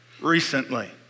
recently